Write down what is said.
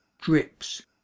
drips